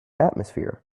atmosphere